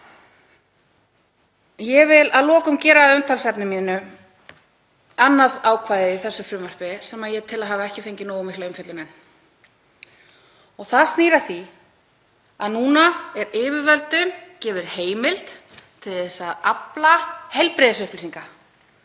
Ég vil að lokum gera að umtalsefni mínu annað ákvæði í þessu frumvarpi sem ég tel að hafi ekki enn fengið nógu mikla umfjöllun. Það snýr að því að núna er yfirvöldum gefin heimild til að afla heilbrigðisupplýsinga,